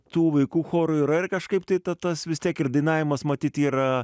tų vaikų chorų yra ir kažkaip tai ta tas vis tiek ir dainavimas matyt yra